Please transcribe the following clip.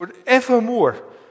forevermore